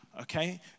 Okay